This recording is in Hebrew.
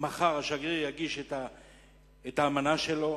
ומחר השגריר יגיש את האמנה שלו.